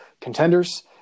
contenders